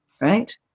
right